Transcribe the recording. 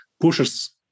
pushes